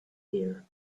here